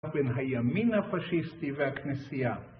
בין הימין הפאשיסטי והכנסייה